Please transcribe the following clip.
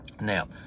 now